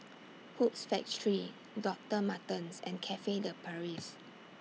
Hoops Factory Doctor Martens and Cafe De Paris